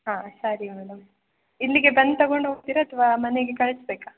ಹಾಂ ಸರಿ ಮೇಡಮ್ ಇಲ್ಲಿಗೆ ಬಂದು ತಗೊಂಡು ಹೋಗ್ತೀರಾ ಅಥವಾ ಮನೆಗೆ ಕಳಿಸ್ಬೇಕಾ